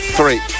three